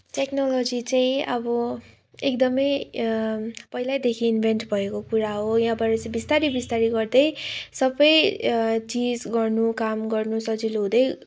technology चाहिँ अब एकदमै पहिलैदेखि इन्भेन्ट भएको कुरा हो यहाँ पछि बिस्तारै बिस्तारै गर्दै सबै चिज गर्नु काम गर्नु सजिलो हुँदै